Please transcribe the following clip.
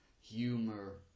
humor